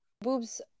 boobs